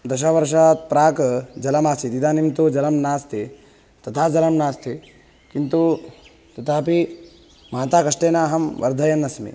दशवर्षात् प्राक् जलमासीत् इदानीं तु जलं नास्ति तथा जलं नास्ति किन्तु तथापि महता कष्टेन अहं वर्धयन्नस्मि